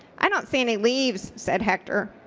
i don't see any leaves, said hector.